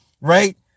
right